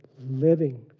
living